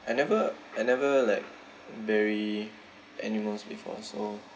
I never I never like bury animals before so